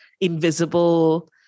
invisible